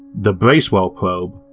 the bracewell probe,